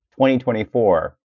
2024